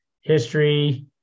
history